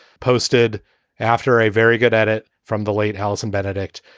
posted after a very good at it from the late alison benedicte.